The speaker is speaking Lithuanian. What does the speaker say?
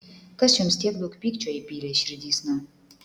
kas jums tiek daug pykčio įpylė širdysna